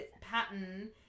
pattern